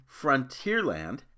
Frontierland